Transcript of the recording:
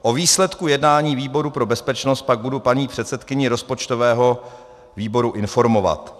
O výsledku jednání výboru pro bezpečnost pak budu paní předsedkyni rozpočtového výboru informovat.